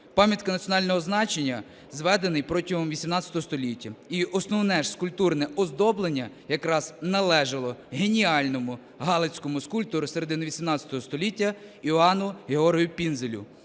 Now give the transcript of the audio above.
Пам'ятка національного значення, зведений протягом XVIII століття, і основне скульптурне оздоблення якраз належало геніальному галицькому скульптору середини XVIII століття Іоанну Георгу Пінзелю